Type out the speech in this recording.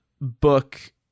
book